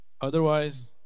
otherwise